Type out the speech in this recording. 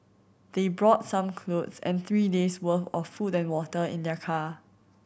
they brought some clothes and three days' worth of food and water in their car